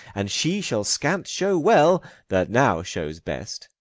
and she shall scant show well that now shows best.